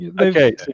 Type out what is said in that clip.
okay